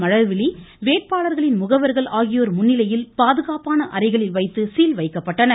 மலர்விழி வேட்பாளர்களின் முகவர்கள் ஆகியோர் முன்னிலையில் பாதுகாப்பான அறைகளில் வைத்து சீல் வைக்கப்பட்டன